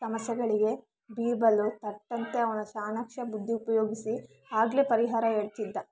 ಸಮಸ್ಯೆಗಳಿಗೆ ಬೀರ್ಬಲ್ ಥಟ್ ಅಂತ ಅವನ ಚಾಣಾಕ್ಷ ಬುದ್ಧಿ ಉಪಯೋಗಿಸಿ ಆಗಲೇ ಪರಿಹಾರ ಹೇಳ್ತಿದ್ದ